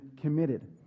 committed